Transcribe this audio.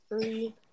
Three